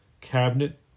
cabinet